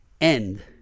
end